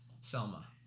Selma